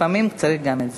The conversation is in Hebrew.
לפעמים צריך גם את זה.